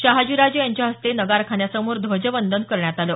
शहाजीराजे यांच्या हस्ते नगारखान्यासमोर ध्वजवंदन करण्यात आलं